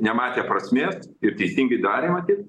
nematė prasmės ir teisingai darė matyt